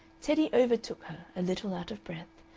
teddy overtook her, a little out of breath,